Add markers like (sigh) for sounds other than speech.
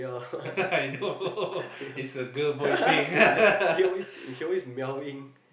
(laughs) I know it's a girl boy thing (laughs)